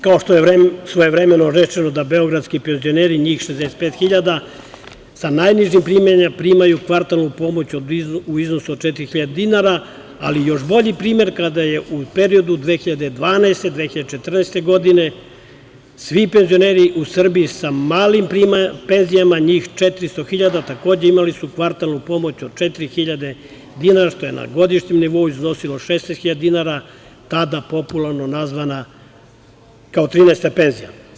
Kao što je svojevremeno rečeno da beogradski penzioneri, njih 65.000 sa najnižim primanjima, primaju kvartalnu pomoć u iznosu od 4.000 dinara, ali još bolji primer kada su u periodu 2012. do 2014. godine, svi penzioneri u Srbiji sa malim penzijama, njih 400.000 takođe imali su kvartalnu pomoć od 4.000 dinara, što je na godišnjem nivou iznosilo 16.000 dinara, tada popularno nazvana kao 13. penzija.